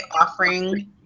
offering